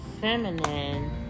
feminine